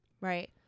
Right